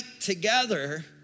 together